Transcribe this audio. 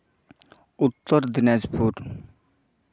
Uttar Dinajpur